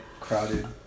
crowded